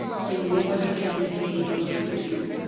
so nobody can dictate nothing to you.